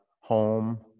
home